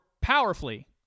powerfully